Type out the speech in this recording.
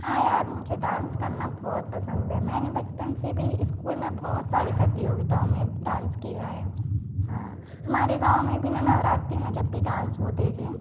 हाँ यार मुझे डांस करना बहुत पसंद है मैंने बचपन से भी इस्कूल में बहुत सारी प्रतियोगिताओं में डांस किया है हाँ हमारे गाँव में बिना नवरात्रि में जब भी डांस होते थे